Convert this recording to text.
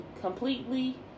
completely